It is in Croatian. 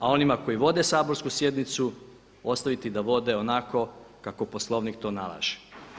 A onima koji vode saborsku sjednicu ostaviti da vode onako kako Poslovnik to nalaže.